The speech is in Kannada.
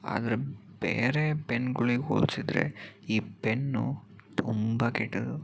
ಆದರೆ ಬೇರೆ ಪೆನ್ಗಳಿಗೆ ಹೋಲಿಸಿದ್ರೆ ಈ ಪೆನ್ನು ತುಂಬ ಕೆಟ್ಟದ್ದು